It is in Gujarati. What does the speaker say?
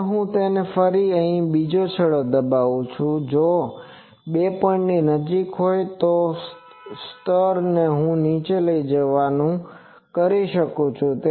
હવે હું તેને ફરીથી બીજો છેડો દબાવું છું જો આ 2 પોઇન્ટ નજીકના હોય તો હું સ્તરને નીચે લઇ જવાનું કરી શકું છું